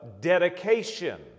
dedication